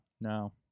no